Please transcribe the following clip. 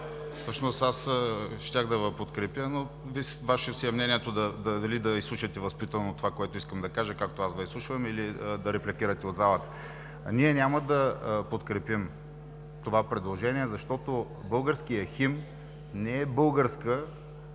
Всъщност аз щях да Ви подкрепя, но Ваше си е мнението дали да изслушате възпитано това, което искам да кажа, както аз Ви изслушвам, или да репликирате от залата. Ние няма да подкрепим това предложение, защото българският химн не е българска